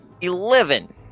Eleven